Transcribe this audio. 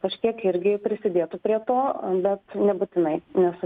kažkiek irgi prisidėtų prie to bet nebūtinai nes